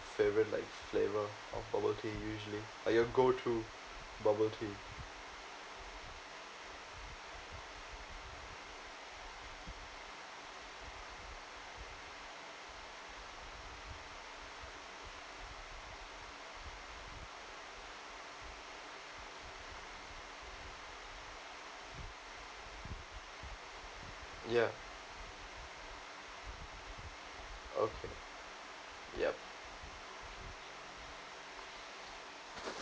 favourite like flavour of bubble tea usually like your go-to bubble tea yeah okay yup